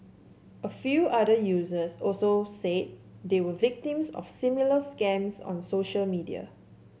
a few other users also said they were victims of similar scams on social media